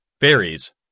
Berries